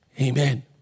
Amen